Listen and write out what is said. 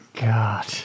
God